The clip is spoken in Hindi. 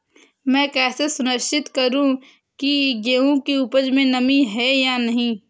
मैं कैसे सुनिश्चित करूँ की गेहूँ की उपज में नमी है या नहीं?